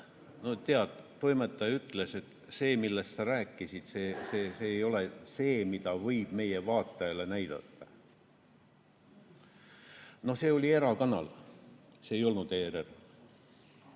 no tead, toimetaja ütles, et see, millest sa rääkisid, see ei ole see, mida võib meie vaatajale näidata. See oli erakanal, see ei olnud ERR.Aga